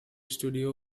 studio